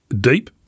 Deep